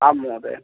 आम् महोदय